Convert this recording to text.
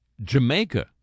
jamaica